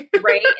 right